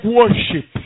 worship